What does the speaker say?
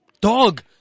dog